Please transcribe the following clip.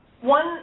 One